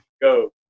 go